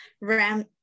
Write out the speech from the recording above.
Ram